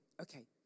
okay